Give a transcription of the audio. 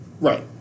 Right